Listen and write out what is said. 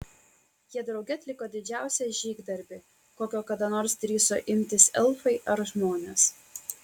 jie drauge atliko didžiausią žygdarbį kokio kada nors drįso imtis elfai ar žmonės